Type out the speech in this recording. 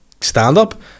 stand-up